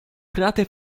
frate